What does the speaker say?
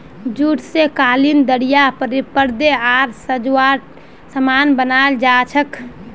jute स कालीन दरियाँ परदे आर सजावटेर सामान बनाल जा छेक